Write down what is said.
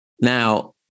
Now